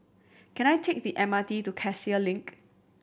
can I take the M R T to Cassia Link